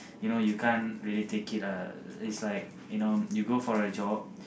you know you can't really take it lah it's like you know you go for a job